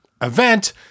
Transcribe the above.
event